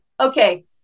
okay